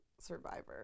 Survivor